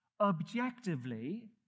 Objectively